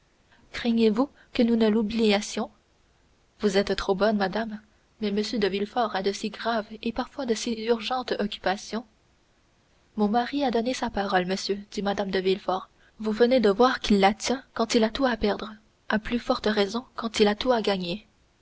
craigniez vous que nous ne l'oubliassions vous êtes trop bonne madame mais m de villefort a de si graves et parfois de si urgentes occupations mon mari a donné sa parole monsieur dit mme de villefort vous venez de voir qu'il la tient quand il a tout à perdre à plus forte raison quand il a tout à gagner